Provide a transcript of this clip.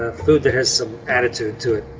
ah food that has some attitude to it.